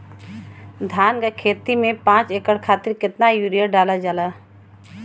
धान क खेती में पांच एकड़ खातिर कितना यूरिया डालल जाला?